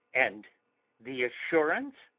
and the assurance?